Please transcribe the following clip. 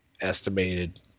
estimated